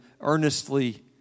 earnestly